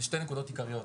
נקודות עיקריות.